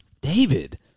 David